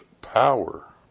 power